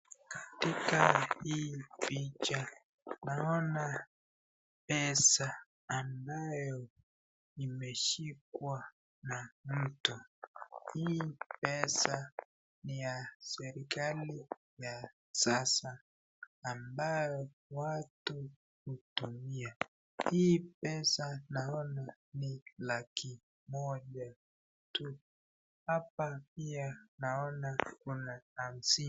Katika hii picha naona pesa ambayo amaeshikwa na mtu, hii pesa ni ya serikali ya sasa ambayo watu utumia hii pesa naona ni laki moja tu, hapa pia naona kuna hamshini.